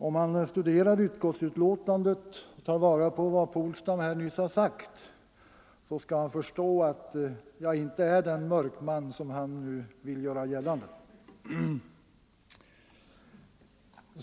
Om han studerar betänkandet och tar fasta på vad herr Polstam nyss anförde, så skall han förstå att jag inte är den mörkman, som han ville göra gällande.